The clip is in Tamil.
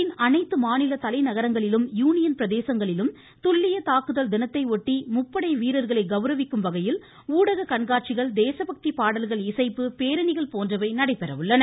நாட்டின் அனைத்து மாநில தலைநகரங்களிலும் யூனியன் பிரதேசங்களிலும் துல்லிய தாக்குதல் தினத்தையொட்டி முப்படை வீரர்களை கௌரவிக்கும் வகையில் ஊடக கண்காட்சிகள் தேசபக்தி பாடல்கள் இசைப்பு பேரணிகள் போன்றவை நடைபெற உள்ளன